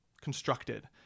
constructed